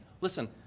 listen